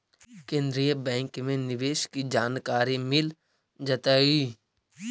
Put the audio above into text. केन्द्रीय बैंक में निवेश की जानकारी मिल जतई